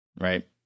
right